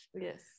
Yes